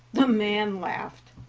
the man laughed.